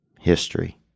history